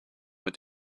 mit